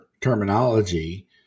terminology